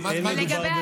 אין מדובר,